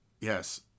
Yes